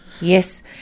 Yes